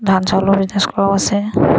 ধান চাউলৰ বিজনেছ কৰাও আছে